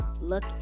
look